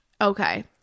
okay